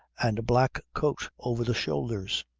and a black coat over the shoulders.